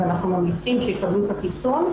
ואנחנו ממליצים שיקבלו את החיסון,